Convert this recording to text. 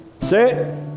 Say